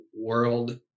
world